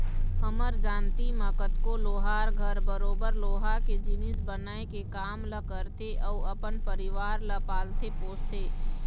हमर जानती म कतको लोहार घर बरोबर लोहा के जिनिस बनाए के काम ल करथे अउ अपन परिवार ल पालथे पोसथे